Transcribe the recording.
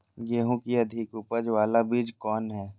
गेंहू की अधिक उपज बाला बीज कौन हैं?